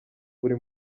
buri